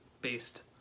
based